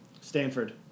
Stanford